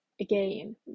again